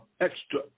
extra